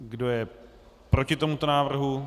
Kdo je proti tomuto návrhu?